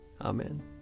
Amen